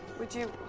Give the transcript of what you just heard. would you.